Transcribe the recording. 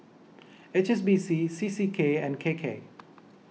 H S B C C C K and K K